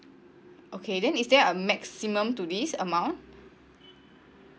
okay then is there a maximum to this amount